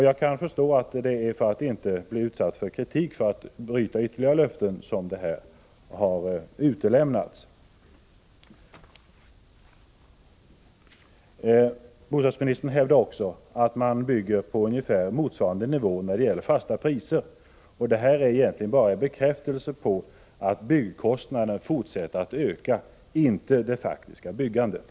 Jag kan förstå att det är för att inte bli utsatt för ytterligare kritik för svikna löften som bostadsministern har utelämnat det. Bostadsministern hävdar också att byggproduktionen ligger på oförändrad nivå, räknat i fasta priser. Men detta är egentligen bara en bekräftelse på att byggkostnaderna fortsätter att öka, inte ett mått på det faktiska byggandet.